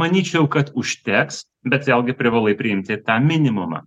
manyčiau kad užteks bet vėlgi privalai priimti tą minimumą